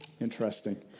interesting